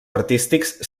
artístics